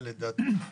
אבל לדעתי,